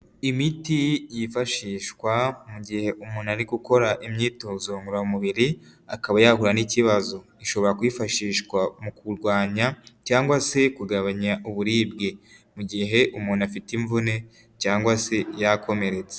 Imiti yifashishwa mu gihe umuntu ari gukora imyitozo ngororamubiri akaba yahura n'ikibazo ishobora kwifashishwa mu kurwanya cyangwa se kugabanya uburibwe mu gihe umuntu afite imvune cyangwa se yakomeretse.